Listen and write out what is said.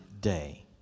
day